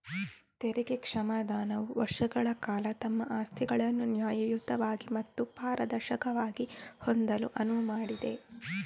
ತೆರಿಗೆ ಕ್ಷಮಾದಾನವು ವರ್ಷಗಳ ಕಾಲ ತಮ್ಮ ಆಸ್ತಿಗಳನ್ನು ನ್ಯಾಯಯುತವಾಗಿ ಮತ್ತು ಪಾರದರ್ಶಕವಾಗಿ ಹೊಂದಲು ಅನುವು ಮಾಡಿದೆ